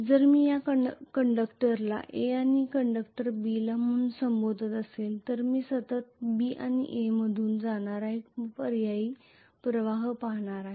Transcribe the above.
जर मी या कंडक्टरला A आणि या कंडक्टरला B म्हणून संबोधत असेल तर मी सतत B आणि A मधून जाणारा एक पर्यायी प्रवाह पाहणार आहे